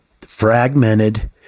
fragmented